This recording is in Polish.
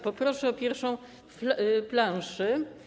Poproszę o pierwszą planszę.